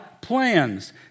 plans